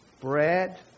Bread